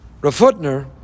Rafutner